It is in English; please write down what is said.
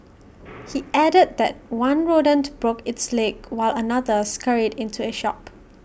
he added that one rodent broke its leg while another scurried into A shop